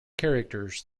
characters